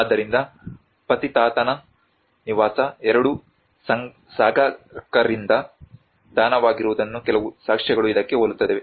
ಆದ್ದರಿಂದ ಪತಿಥಾನನ ನಿವಾಸ ಎರಡೂ ಸಘಾಕರಿಂದ ದಾನವಾಗಿರುವುದನ್ನು ಕೆಲವು ಸಾಕ್ಷ್ಯಗಳು ಇದಕ್ಕೆ ಹೋಲುತ್ತದೆ